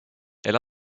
elle